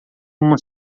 uma